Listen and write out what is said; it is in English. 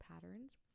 patterns